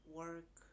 work